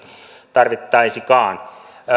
tarvittaisikaan